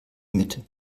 mitte